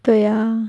对呀